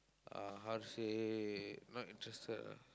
uh how to say not interested lah